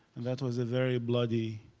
and that was very bloody.